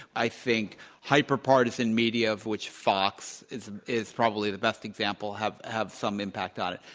i think hyper partisan media, of which fox is is probably the best example, have have some impact on it.